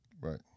Right